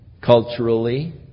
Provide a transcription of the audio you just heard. Culturally